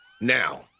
Now